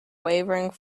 waving